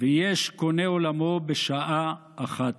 ויש קונה עולמו בשעה אחת.